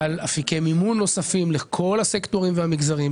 על אפיקי מימון נוספים לכל הסקטורים והמגזרים.